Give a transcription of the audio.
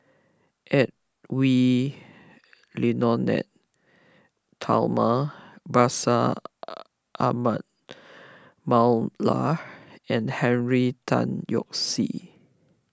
Edwy Lyonet Talma Bashir Ahmad Mallal and Henry Tan Yoke See